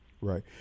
Right